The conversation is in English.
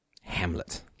Hamlet